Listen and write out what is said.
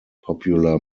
popular